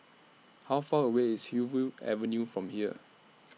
How Far away IS Hillview Avenue from here